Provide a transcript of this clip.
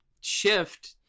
shift